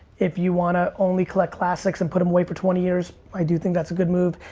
if you wanna only collect classics and put them away for twenty years, i do think that's a good move.